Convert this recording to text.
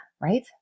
right